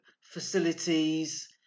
facilities